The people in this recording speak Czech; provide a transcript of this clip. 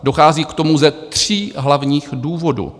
Dochází k tomu ze tří hlavních důvodů.